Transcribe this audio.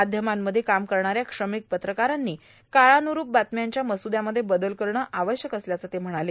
माध्यमांमध्ये काम करणाऱ्या श्र्रामक पत्रकारांनी काळान्रुप बातम्यांच्या मसूदयामध्ये बदल करणं आवश्यक असल्याचं सांगगतलं